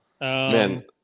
Man